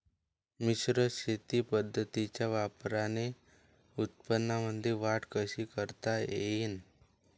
मिश्र शेती पद्धतीच्या वापराने उत्पन्नामंदी वाढ कशी करता येईन?